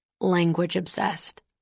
language-obsessed